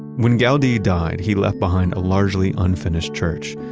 when gaudi died he left behind a largely unfinished church.